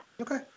Okay